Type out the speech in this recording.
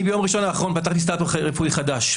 ביום ראשון האחרון פתחתי סטרט-אפ רפואי חדש.